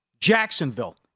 Jacksonville